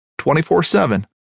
24-7